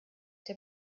der